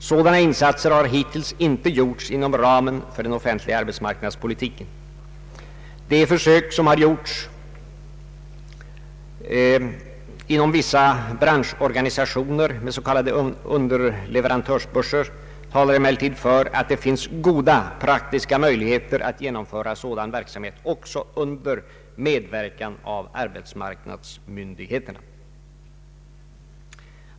Sådana insatser har hittills inte gjorts inom ramen för den offentliga arbetsmarknadspolitiken. De försök som gjorts inom vissa branschorganisationer med s.k. underleverantörsbörser talar emellertid för att det finns goda praktiska möjligheter att genomföra sådan verksamhet också under medverkan av arbetsmarknadsmyndigheterna.